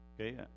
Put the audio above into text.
Okay